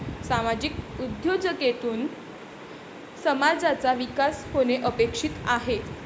सामाजिक उद्योजकतेतून समाजाचा विकास होणे अपेक्षित आहे